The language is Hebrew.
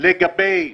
בבקשה.